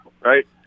Right